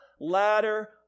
ladder